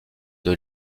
sur